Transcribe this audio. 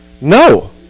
No